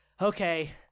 okay